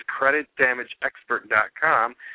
creditdamageexpert.com